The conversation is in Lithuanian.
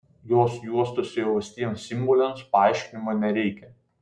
jos juostose įaustiems simboliams paaiškinimo nereikia